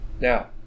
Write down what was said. Now